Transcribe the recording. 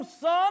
son